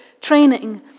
training